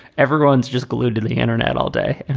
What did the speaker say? everyone's just glued to the internet all day. and